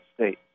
States